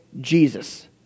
Jesus